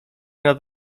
nad